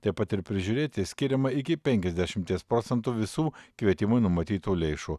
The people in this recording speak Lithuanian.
taip pat ir prižiūrėti skiriama iki penkiasdešimties procentų visų kvietimui numatytų lėšų